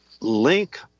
link